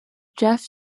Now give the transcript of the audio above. jeff